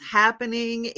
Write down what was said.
happening